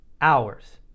hours